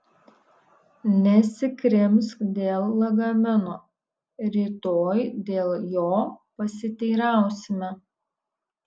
nesikrimsk dėl lagamino rytoj dėl jo pasiteirausime